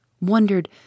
wondered